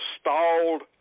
stalled